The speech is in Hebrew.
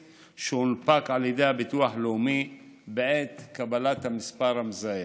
שהונפק על ידי הביטוח הלאומי בעת קבלת המספר המזהה.